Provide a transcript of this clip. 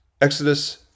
Exodus